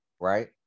right